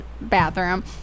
bathroom